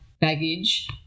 baggage